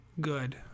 good